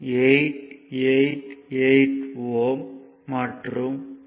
888 Ω மற்றும் 53